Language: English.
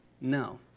No